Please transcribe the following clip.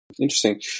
Interesting